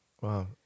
Wow